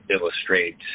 illustrate